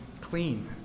clean